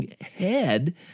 head